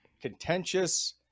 contentious